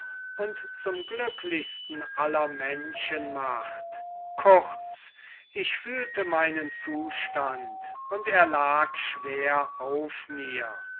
und zum glücklichsten aller menschen macht kurz ich fühlte meinen zustand und er lag schwer auf mir